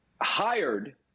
hired